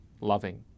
loving